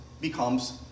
becomes